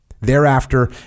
Thereafter